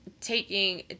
taking